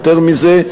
יותר מזה,